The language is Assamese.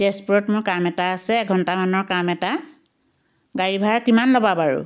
তেজপুৰত মোৰ কাম এটা আছে এঘণ্টামানৰ কাম এটা গাড়ী ভাড়া কিমান ল'বা বাৰু